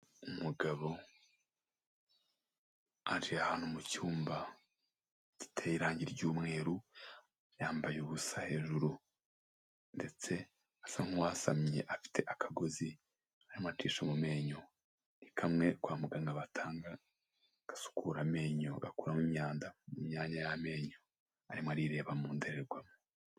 Umugabo aje ahantu mu cyumba giteye irangi ry'umweru, yambaye ubusa hejuru ndetse asa nk'uwasamye, afite akagozi arimo acisha mu menyo. Ni kamwe kwa muganga batanga, gasukura amenyo gakuramo imyanda mu myanya y'amenyo, arimo arireba mu ndorerwamo.